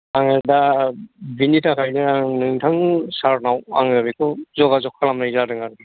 आङो दा बेनि थाखायनो आं नोंथां सार नाव आङो बेखौ जगाज'ग खालामनाय जादों आरो